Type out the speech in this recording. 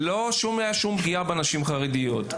לא הייתה שום פגיעה בנשים החרדיות.